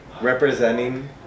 representing